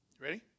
Ready